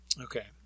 Okay